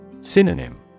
Synonym